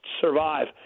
survive